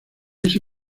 ese